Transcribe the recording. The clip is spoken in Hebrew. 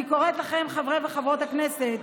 אני קוראת לכם, חברי וחברות הכנסת,